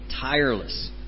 tireless